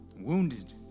wounded